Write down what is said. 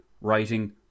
writing